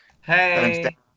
hey